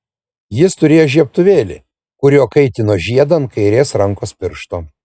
jis turėjo žiebtuvėlį kuriuo kaitino žiedą ant kairės rankos piršto